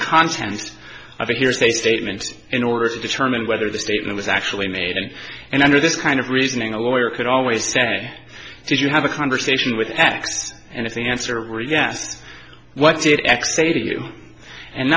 contents of the hearsay statements in order to determine whether the statement was actually made and and under this kind of reasoning a lawyer could always say if you have a conversation with x and if the answer are yes what did x say to you and